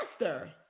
master